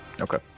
Okay